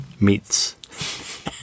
meats